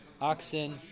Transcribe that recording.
oxen